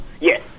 yes